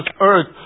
earth